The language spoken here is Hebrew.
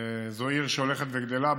זו עיר שהולכת וגדלה,